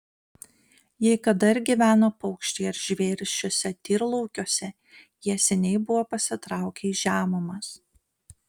jei kada ir gyveno paukščiai ar žvėrys šiuose tyrlaukiuose jie seniai buvo pasitraukę į žemumas